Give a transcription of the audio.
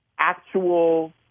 actual